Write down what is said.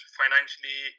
financially